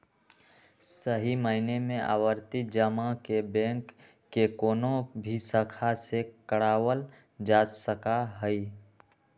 सही मायने में आवर्ती जमा के बैंक के कौनो भी शाखा से करावल जा सका हई